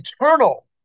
eternal